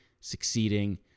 succeeding